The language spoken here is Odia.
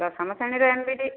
ଦଶମ ଶ୍ରେଣୀର ଏମ୍ ବି ଡ଼ି